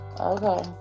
Okay